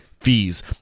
fees